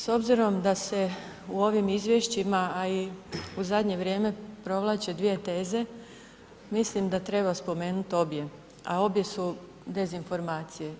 S obzirom da se u ovim izvješćima a i u zadnje vrijem provlače dvije teze, mislim da treba spomenuti obje a obje su dezinformacije.